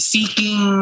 Seeking